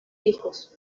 hijos